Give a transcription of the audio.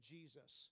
Jesus